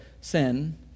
sin